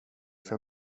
för